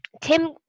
Tim